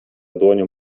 dłonią